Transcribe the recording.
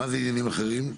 מה זה עניינים אחרים?